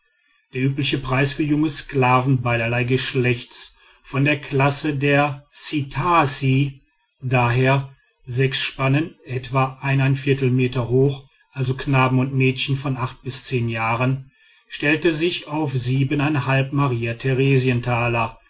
der übliche preis für junge sklaven beiderlei geschlechts von der klasse der ssittassi d h spannen etwa meter hoch also knaben und mädchen von bis jahren stellte sich auf